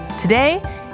Today